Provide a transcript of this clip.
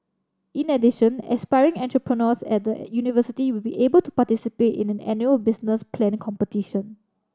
in addition aspiring entrepreneurs at the university will be able to participate in an annual business plan competition